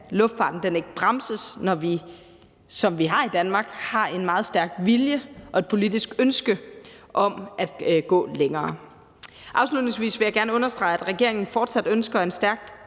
luftfarten ikke bremses, når vi, som vi har i Danmark, har en meget stærk vilje til og et politisk ønske om at gå længere. Afslutningsvis vil jeg gerne understrege, at regeringen fortsat ønsker en stærk